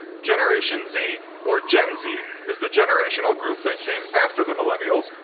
generation z or gen z is the generational group that came after the millennials,